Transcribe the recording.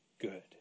good